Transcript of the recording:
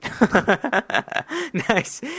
Nice